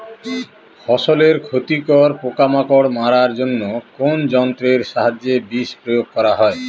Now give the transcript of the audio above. ফসলের ক্ষতিকর পোকামাকড় মারার জন্য কোন যন্ত্রের সাহায্যে বিষ প্রয়োগ করা হয়?